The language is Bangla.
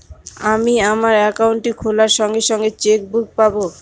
আমি আমার একাউন্টটি খোলার সঙ্গে সঙ্গে চেক বুক পাবো?